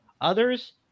Others